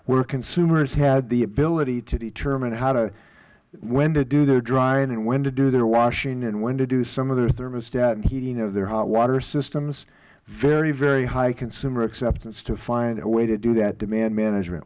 where consumers had the ability to determine when to do their drying and when to do their washing and when to do some of their thermostat and heating of their hot water systems very very high consumer acceptance to find a way to do that demand management